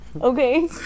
Okay